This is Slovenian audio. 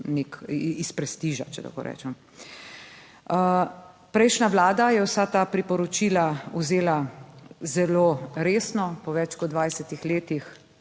iz prestiža, če tako rečem. Prejšnja vlada je vsa ta priporočila vzela zelo resno. Po več kot 20 letih